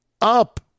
up